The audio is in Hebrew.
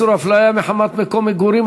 איסור הפליה מחמת מקום מגורים),